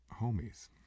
homies